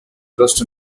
trust